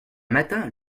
matin